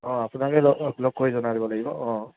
অঁ আপোনাকে লগ লগ কৰি জনাই দিব লাগিব অঁ